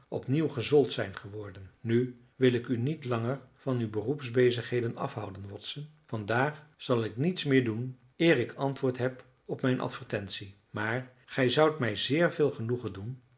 opnieuw gezoold zijn geworden nu wil ik u niet langer van uw beroepsbezigheden afhouden watson vandaag zal ik niets meer doen eer ik antwoord heb op mijn advertentie maar gij zoudt mij zeer veel genoegen doen